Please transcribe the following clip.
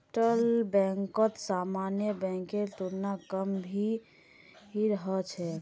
postal बैंकत सामान्य बैंकेर तुलना कम भीड़ ह छेक